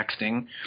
texting